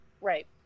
Right